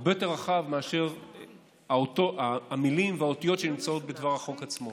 הרבה יותר רחב מאשר המילים והאותיות שנמצאות בדבר החוק עצמו.